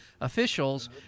officials